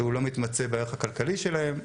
שהוא לא מתמצה בערך הכלכלי שלהם,